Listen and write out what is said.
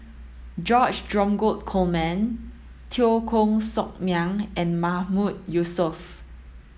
George Dromgold Coleman Teo Koh Sock Miang and Mahmood Yusof